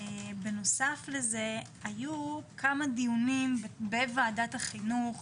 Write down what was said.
בנוסף, היו כמה דיונים בוועדת החינוך